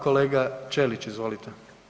Kolega Ćelić, izvolite.